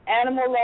animal